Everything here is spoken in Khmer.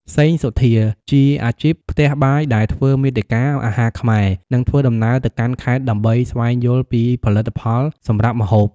សេង សុធា ជាអាជីពផ្ទះបាយដែលធ្វើមាតិកា អាហារខ្មែរ និងធ្វើដំណើរទៅកាន់ខេត្តដើម្បីស្វែងយល់ពីផលិតផលសម្រាប់ម្ហូប។